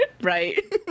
Right